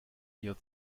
eher